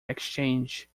exchange